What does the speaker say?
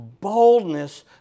boldness